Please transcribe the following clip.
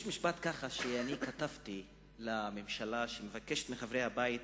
יש משפט שכתבתי על הממשלה שמבקשת מחברי הבית